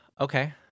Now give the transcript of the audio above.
Okay